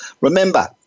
Remember